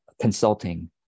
consulting